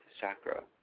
chakra